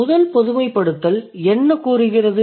முதல் பொதுமைப்படுத்தல் என்ன கூறுகிறது